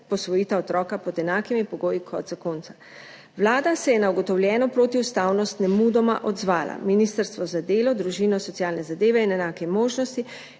posvojita otroka pod enakimi pogoji kot zakonca. Vlada se je na ugotovljeno protiustavnost nemudoma odzvala. Ministrstvo za delo, družino, socialne zadeve in enake možnosti